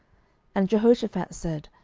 and jehoshaphat said,